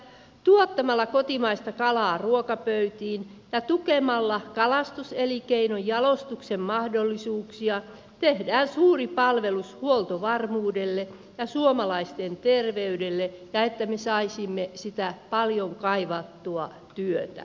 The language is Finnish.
tuottamalla kotimaista kalaa ruokapöytiin ja tukemalla kalastuselinkeinon jalostuksen mahdollisuuksia tehdään suuri palvelus huoltovarmuudelle ja suomalaisten terveydelle ja sille että me saisimme sitä paljon kaivattua työtä